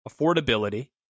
affordability